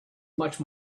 much